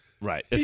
Right